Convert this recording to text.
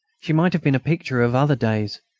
she might have been a picture of other days,